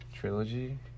Trilogy